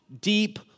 deep